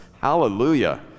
Hallelujah